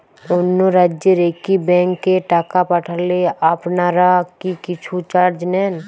অন্য রাজ্যের একি ব্যাংক এ টাকা পাঠালে আপনারা কী কিছু চার্জ নেন?